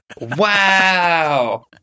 Wow